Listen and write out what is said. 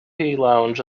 lounge